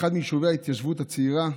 אחד מיישובי ההתיישבות הצעירה.